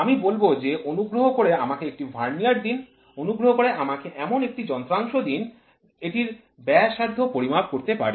আমি বলবো যে অনুগ্রহ করে আমাকে একটি ভার্নিয়ার দিন অনুগ্রহ করে আমাকে এমন একটি যন্ত্রাংশ দিন যেটি এর ব্যাসার্ধ পরিমাপ করতে পারে